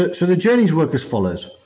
but so the journeys work as follows.